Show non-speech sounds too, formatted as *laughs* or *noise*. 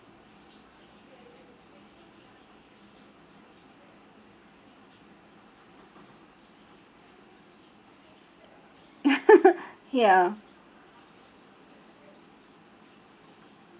*laughs* ya